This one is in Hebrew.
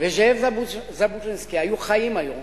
וזאב ז'בוטינסקי היו חיים היום,